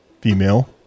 female